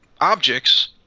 objects